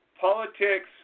politics